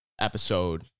episode